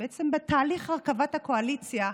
בעצם בתהליך הרכבת הקואליציה,